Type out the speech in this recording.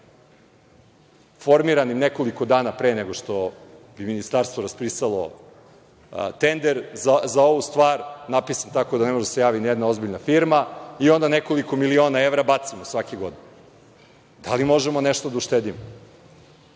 formiranim nekoliko dana pre nego što bi ministarstvo raspisalo tender za ovu stvar, napravi se tako da ne može da se javi ni jedna ozbiljna firma i onda nekoliko miliona evra bacimo svake godine. Da li možemo nešto da uštedimo? To